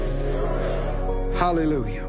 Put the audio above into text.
Hallelujah